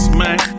man